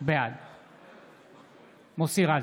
בעד מוסי רז,